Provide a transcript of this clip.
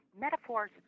metaphors